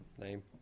Name